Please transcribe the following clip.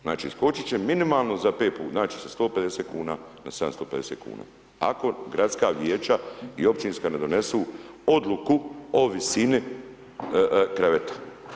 Znači skočiti će minimalno za ... znači za 150 kuna na 750 kuna ako gradska vijeća i općinska ne donesu odluku o visini kreveta.